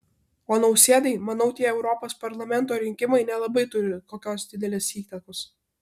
o nausėdai manau tie europos parlamento rinkimai nelabai turi kokios didelės įtakos